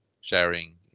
sharing